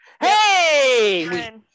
Hey